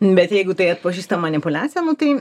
bet jeigu tai atpažįsta manipuliacija nu tai